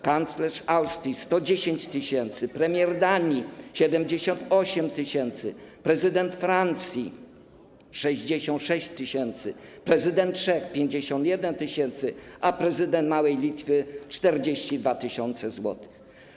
kanclerz Austrii - 110 tys. zł, premier Danii - 78 tys. zł, prezydent Francji - 66 tys. zł, prezydent Czech - 51 tys. zł, a prezydent małej Litwy - 42 tys. zł.